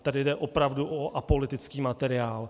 Tady jde opravdu o apolitický materiál.